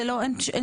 מה